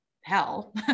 hell